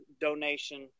donation